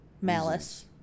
malice